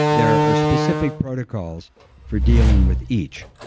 there are specific protocols for dealing with each.